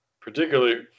particularly